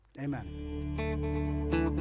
Amen